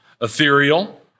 ethereal